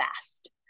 fast